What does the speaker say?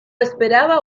esperaba